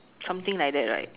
something like that right